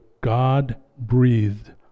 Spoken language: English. God-breathed